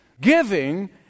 giving